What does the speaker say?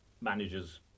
managers